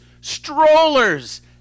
Strollers